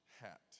hat